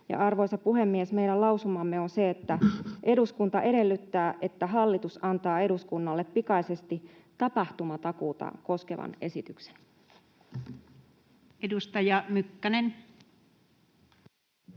arvoisa puhemies, meidän lausumamme on: ”Eduskunta edellyttää, että hallitus antaa eduskunnalle pikaisesti tapahtumatakuuta koskevan esityksen.” [Speech